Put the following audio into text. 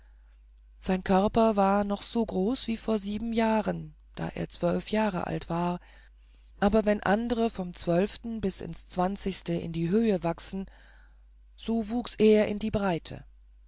sein körper war noch so groß als vor sieben jahren da er zwölf jahre alt war aber wenn andere vom zwölften bis ins zwanzigste in die höhe wachsen so wuchs er in die breite